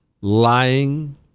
lying